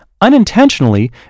unintentionally